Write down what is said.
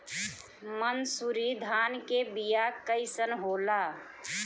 मनसुरी धान के बिया कईसन होला?